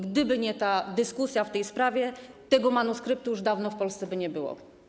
Gdyby nie dyskusja w tej sprawie, tego manuskryptu już dawno w Polsce by nie było.